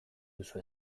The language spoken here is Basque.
duzu